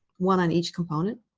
one on each component.